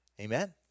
Amen